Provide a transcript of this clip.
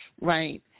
Right